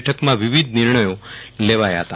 બેઠકમાં વિવિધ નિર્ણયો લેવાયા હતા